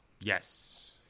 yes